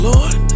Lord